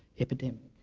epidemic